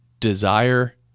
desire